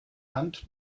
hand